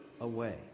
away